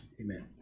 Amen